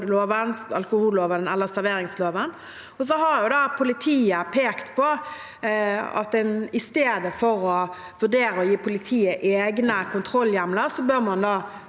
alkoholloven eller serveringsloven. Politiet har pekt på at en i stedet for å vurdere å gi politiet egne kontrollhjemler